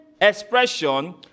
expression